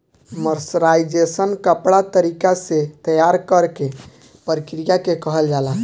mercerisation कपड़ा तरीका से तैयार करेके प्रक्रिया के कहल जाला